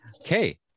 Okay